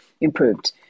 improved